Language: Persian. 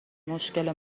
مشکل